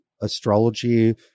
astrology